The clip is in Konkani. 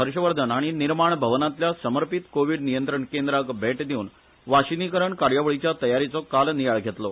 हर्षवर्धन हाणी निर्माण भवनातल्या समर्पित कोविड नियंत्रण केंद्राक भेट दिवन वाशीनीकरण कार्यावळीच्या तयारेचो काल नियाळ घेतलो